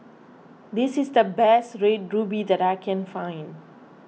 this is the best Red Ruby that I can find